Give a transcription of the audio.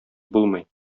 булмый